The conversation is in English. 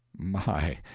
my!